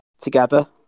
together